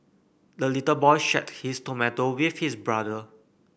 the little boy shared his tomato with his brother